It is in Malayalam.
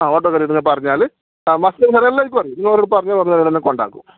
ആ ഓട്ടോയിൽ കയറിയിട്ട് നിങ്ങൾ പറഞ്ഞാൽ വസന്ത് വിഹാർ എല്ലാവർക്കും അറിയും നിങ്ങൾ ഓരോട് പറഞ്ഞാൽ ഒരെന്നെ കൊണ്ടാക്കും